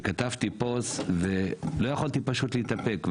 וכתבתי פוסט ולא יכולתי פשוט להתאפק.